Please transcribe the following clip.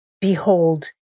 Behold